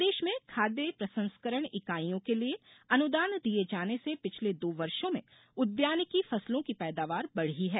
प्रदेश में खाद्य प्रसंस्करण इकाईयों के लिए अनुदान दिये जाने से पिछले दो वर्षों में उद्यानिकी फसलों की पैदावार बढ़ी है